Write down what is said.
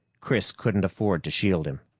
chris couldn't afford to shield him.